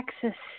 Texas